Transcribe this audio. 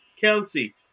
Kelsey